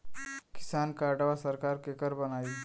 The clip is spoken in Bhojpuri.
किसान कार्डवा सरकार केकर बनाई?